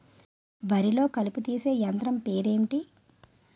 వరి లొ కలుపు తీసే యంత్రం పేరు ఎంటి?